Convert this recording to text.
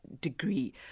degree